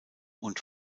und